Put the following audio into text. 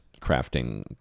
crafting